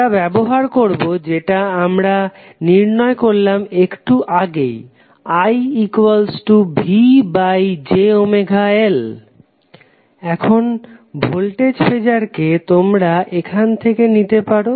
আমরা ব্যবহার করবো যেটা আমরা নির্ণয় করলাম একটু আগেই IVjωL এখন ভোল্টেজ ফেজারকে তোমরা এখান থেকে নিতে পারো